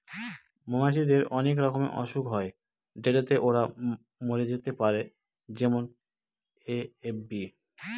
মৌমাছিদের অনেক রকমের অসুখ হয় যেটাতে ওরা মরে যেতে পারে যেমন এ.এফ.বি